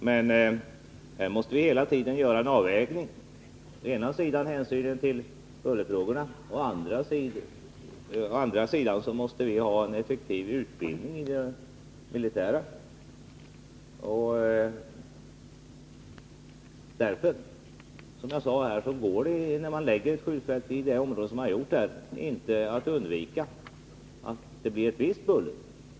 Men här måste vi hela tiden göra en avvägning mellan å ena sidan hänsyn till bullerfrågorna och å andra sidan kravet på en effektiv utbildning i det militära. Det går mot denna bakgrund inte, när man förlägger ett skjutfält inom det aktuella området, att undvika att det uppstår ett visst buller.